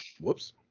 Whoops